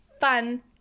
fun